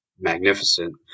magnificent